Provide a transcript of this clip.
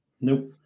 Nope